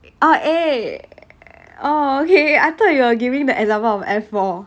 oh a oh okay I thought you are giving the example of F four